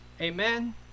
amen